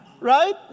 Right